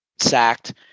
sacked